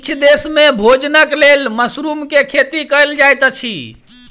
किछ देस में भोजनक लेल मशरुम के खेती कयल जाइत अछि